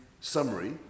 summary